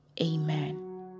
Amen